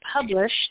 published